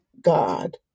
God